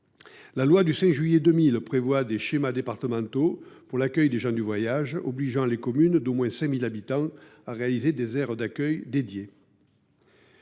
La loi du 5 juillet 2000 prévoit des schémas départementaux pour l’accueil des gens du voyage, obligeant les communes d’au moins 5 000 habitants à réaliser des aires d’accueil spécifiques.